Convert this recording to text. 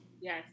Yes